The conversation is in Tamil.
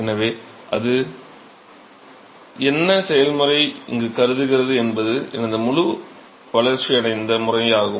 எனவே அது என்ன செயல்முறையை இங்கு கருதுகிறது என்பது எனது முழு வளர்ச்சியடைந்த முறையாகும்